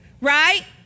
right